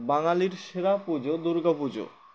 বাঙালির সেরা পুজো দুর্গা পুজো